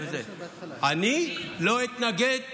אני לא אתנגד להגדלה,